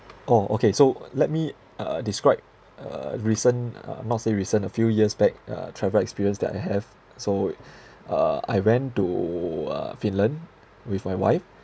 oh okay so let me uh describe a recent uh not say recent a few years back uh travel experience that I have so uh I went to uh finland with my wife